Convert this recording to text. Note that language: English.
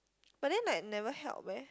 but then like never help eh